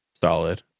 Solid